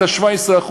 את ה-17%,